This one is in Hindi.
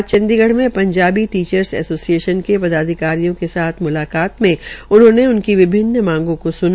आज चंडीगढ़ में पंजाबी टीचरर्स ऐसोसिएश्न के पदाधिकारियों के साथ म्लाकात में उन्होंने उनकी विभिन्न मांगों को सुना